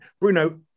Bruno